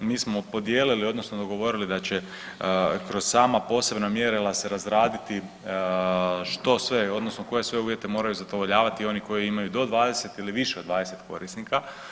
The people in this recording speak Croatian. Mi smo podijelili odnosno dogovorili da će kroz sama posebna mjerila se razraditi što sve odnosno koje sve uvjete moraju zadovoljavati oni koji imaju do 20 ili više od 20 korisnika.